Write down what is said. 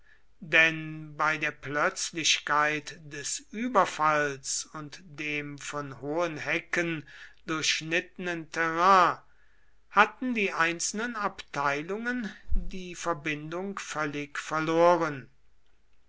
denn bei der plötzlichkeit des überfalls und dem von hohen hecken durchschnittenen terrain hatten die einzelnen abteilungen die verbindung völlig verloren